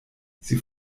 sie